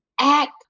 Act